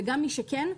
וגם מי שכן,